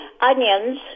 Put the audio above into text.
onions